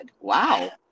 wow